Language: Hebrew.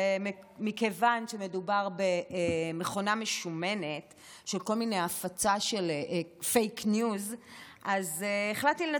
ומכיוון שמדובר במכונה משומנת של הפצה של כל מיני פייק ניוז,